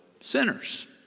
sinners